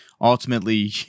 ultimately